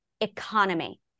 economy